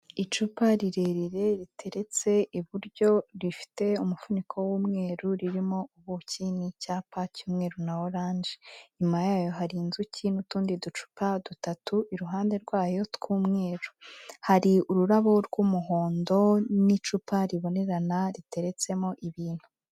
Icupa rirerire riteretse iburyo rifite umufuniko w'umweru ririmo ubuki n'icyapa cy'umweru na oranje, inyuma yayo hari inzuki n'utundi ducupa dutatu iruhande rwayo tw'umweru, hari ururabo rw'umuhondo n'icupa ribonerana riteretsemo ibintu.